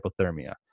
hypothermia